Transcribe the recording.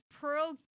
Pearl